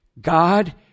God